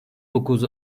dokuz